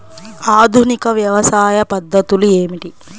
ఆధునిక వ్యవసాయ పద్ధతులు ఏమిటి?